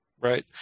Right